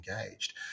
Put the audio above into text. engaged